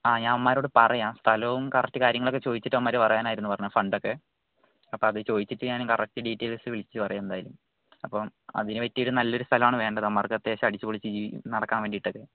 ആ ഞാൻ അവന്മാരോട് പറയാം സ്ഥലവും കറക്റ്റ് കാര്യങ്ങളൊക്കെ ചോദിച്ചിട്ട് അവന്മാർ പറയാനായിരുന്നു പറഞ്ഞത് ഫണ്ട് ഒക്കെ അപ്പോൾ അത് ചോദിച്ചിട്ട് ഞാൻ കറക്റ്റ് ഡീറ്റെയിൽസ് വിളിച്ച് പറയാം എന്തായാലും അപ്പം അതിന് പറ്റിയ ഒരു നല്ല ഒരു സ്ഥലമാണ് വേണ്ടത് അവന്മാർക്ക് അത്യാവശ്യം അടിച്ചുപൊളിച്ച് നടക്കാൻ വേണ്ടിയിട്ടൊക്കെ